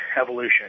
evolution